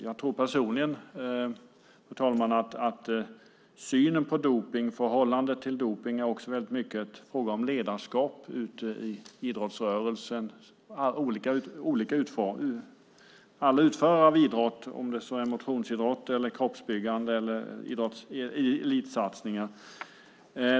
Jag tror personligen, fru talman, att synen på dopning och förhållandet till dopning också väldigt mycket är en fråga om ledarskap ute i idrottsrörelsen, bland alla utförare av idrott, om det så är motionsidrott, kroppsbyggande eller elitsatsningar.